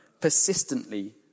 persistently